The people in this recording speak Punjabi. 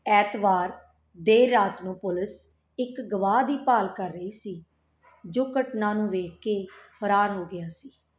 ਐਤਵਾਰ ਦੇਰ ਰਾਤ ਨੂੰ ਪੁਲਿਸ ਇੱਕ ਗਵਾਹ ਦੀ ਭਾਲ ਕਰ ਰਹੀ ਸੀ ਜੋ ਘਟਨਾ ਨੂੰ ਵੇਖ ਕੇ ਫਰਾਰ ਹੋ ਗਿਆ ਸੀ